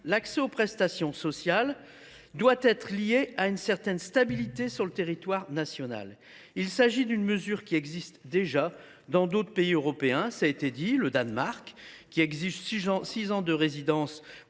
l’accès aux prestations sociales doit être lié à une certaine stabilité sur le territoire national. Il s’agit d’une mesure qui existe déjà dans d’autres pays européens. Le Danemark, par exemple, exige six ans de résidence